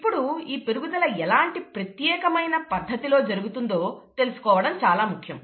ఇప్పుడు ఈ పెరుగుదల ఎలాంటి ప్రత్యేకమైన పద్ధతిలో జరుగుతుందో తెలుసుకోవడం చాలా ముఖ్యం